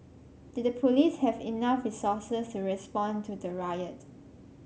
did the police have enough resources to respond to the riot